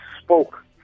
spoke